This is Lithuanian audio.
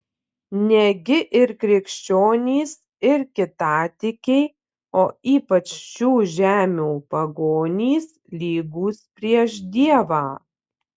negi ir krikščionys ir kitatikiai o ypač šių žemių pagonys lygūs prieš dievą